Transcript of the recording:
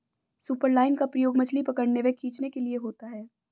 superline का प्रयोग मछली पकड़ने व खींचने के लिए होता है